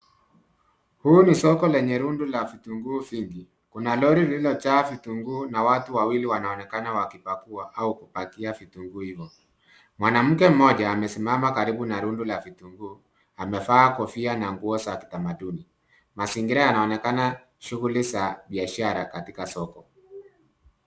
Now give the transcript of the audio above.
Huu ni soko lenye rundu la vitunguu vingi. Kuna lori lililojaa vitunguu na watu wawili wanaonekana wakipakua au kupakia vitunguu hivyo. Mwanamke mmoja amesimama karibu na rundu la vitunguu, amevaa kofia na nguo za kitamaduni. Mazingira yanaonekana shughuli za biashara katika soko.